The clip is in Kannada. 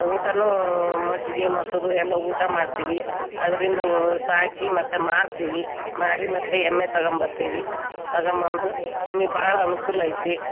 ಊಟನು ಮಜ್ಜಿಗೆ ಮೊಸರು ಎಲ್ಲ ಊಟ ಮಾಡ್ತೀವಿ ಅದರಿಂದ ಸಾಕಿ ಮತ್ತೆ ಮಾರ್ತೀವಿ ಮಾರಿ ಮತ್ತೆ ಎಮ್ಮೆ ತಗೊಂಬರ್ತೀವಿ ತಗೊಂಬಂದು ನಮಗೆ ಭಾಳ ಅನುಕೂಲ ಐತಿ